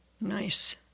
Nice